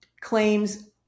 claims